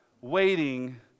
waiting